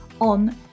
on